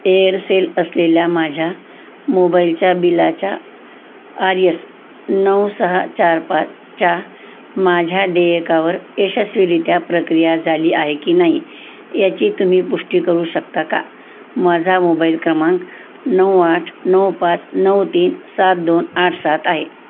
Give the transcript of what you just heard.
Aircel असलेल्या माझ्या मोबाईलच्या बिलाच्या आरयस नऊ सहा चार पाचच्या माझ्या देयकावर यशस्वीरित्या प्रक्रिया झाली आहे की नाही याची तुम्ही पुष्टी करू शकता का माझा मोबाईल क्रमांक नऊ आठ नऊ पाच नऊ तीन सात दोन आठ सात आहे